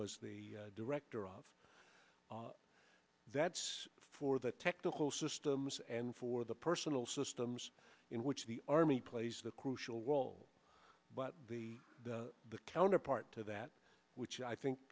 was the director of that's for the technical systems and for the personal systems in which the army plays the crucial role but the the counterpart to that which i think